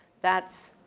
that's,